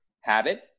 habit